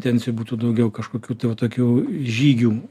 ten būtų daugiau kažkokių tai va tokių žygių